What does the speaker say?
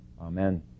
Amen